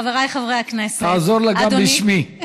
חבריי חברי הכנסת, תעזור לה גם בשמי.